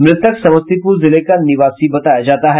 मृतक समस्तीपुर जिले का निवासी बताया जाता है